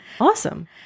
awesome